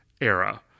era